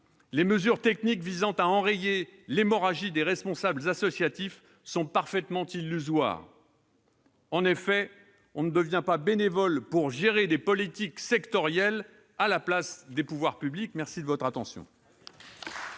les mesures techniques visant à enrayer l'hémorragie des responsables associatifs sont parfaitement illusoires. En effet, on ne devient pas bénévole pour gérer des politiques sectorielles à la place des pouvoirs publics ! La parole est